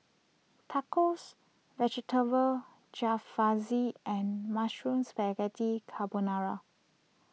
Tacos Vegetable Jalfrezi and Mushroom Spaghetti Carbonara